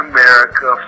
America